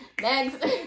next